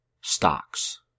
stocks